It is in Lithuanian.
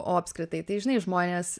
o apskritai tai žinai žmonės